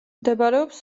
მდებარეობს